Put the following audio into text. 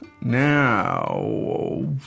Now